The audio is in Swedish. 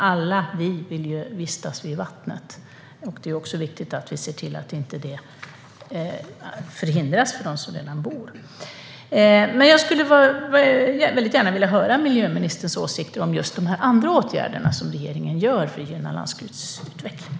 Alla vi vill ju vistas vid vattnet, och det är också viktigt att vi ser till att de redan bosatta inte förhindras att göra det. Jag skulle väldigt gärna vilja höra miljöministerns åsikter om de här andra åtgärderna som regeringen vidtar för att gynna landsbygdsutvecklingen.